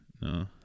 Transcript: No